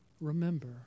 remember